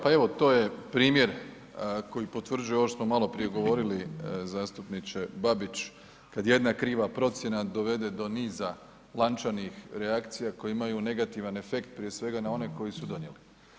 Pa evo to je primjer koji potvrđuje ovo što smo maloprije govorili zastupniče Babić kad jedna kriva procjena dovede do niza lančanih reakcija koje imaju negativan efekt, prije svega na one koji su donijeli.